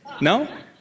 No